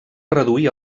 reduir